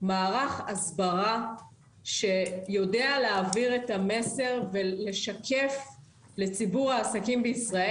מערך הסברה שיודע להעביר את המסר ולשקף לציבור העסקים בישראל